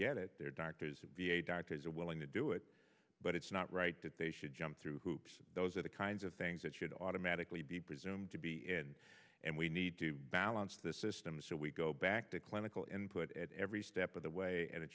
their doctors are willing to do it but it's not right that they should jump through hoops those are the kinds of things that should automatically be presumed to be in and we need to balance the system so we go back to clinical input at every step of the way and